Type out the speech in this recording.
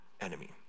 enemy